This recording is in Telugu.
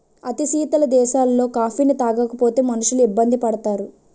అతి శీతల దేశాలలో కాఫీని తాగకపోతే మనుషులు ఇబ్బంది పడతారు